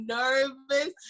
nervous